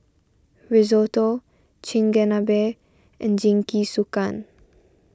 Risotto Chigenabe and Jingisukan